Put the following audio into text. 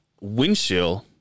windshield